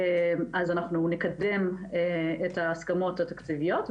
אז אנחנו נקדם את ההסכמות התקציביות,